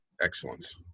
excellence